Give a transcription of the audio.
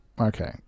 Okay